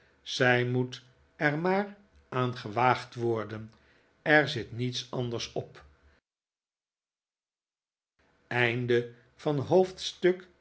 zij moet er maar aan gewaagd worden er zit niets anders op hoofdstuk